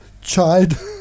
Child